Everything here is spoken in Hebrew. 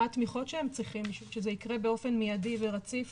מה התמיכות שהם צריכים בשביל שזה יקרה באופן מיידי ורציף